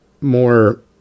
more